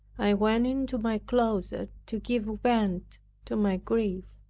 i went into my closet to give vent to my grief.